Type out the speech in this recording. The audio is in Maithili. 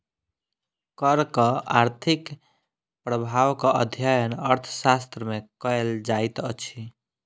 करक आर्थिक प्रभावक अध्ययन अर्थशास्त्र मे कयल जाइत अछि